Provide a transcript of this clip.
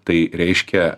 tai reiškia